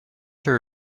her